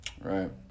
Right